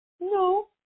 No